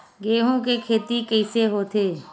गेहूं के खेती कइसे होथे?